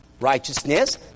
righteousness